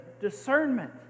discernment